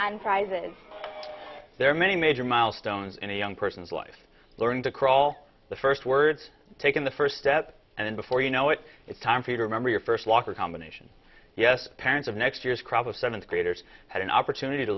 prizes there are many major milestones in a young person's life learning to crawl the first words taken the first step and then before you know it it's time for you to remember your first walk or combination yes parents of next year's crop of seventh graders had an opportunity to